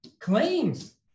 claims